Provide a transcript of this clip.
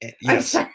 Yes